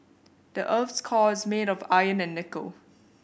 the earth's core is made of iron and nickel